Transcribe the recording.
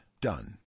Done